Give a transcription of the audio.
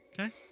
Okay